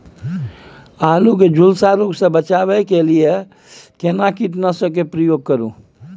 आलू के झुलसा रोग से बचाबै के लिए केना कीटनासक के प्रयोग करू